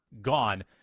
gone